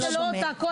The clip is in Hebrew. אבל הוא לא פה.